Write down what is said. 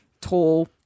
Tall